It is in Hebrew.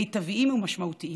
מיטביים ומשמעותיים.